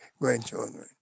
grandchildren